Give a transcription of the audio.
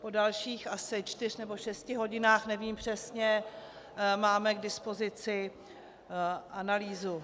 Po dalších asi čtyřech nebo šesti hodinách, nevím přesně, máme k dispozici analýzu.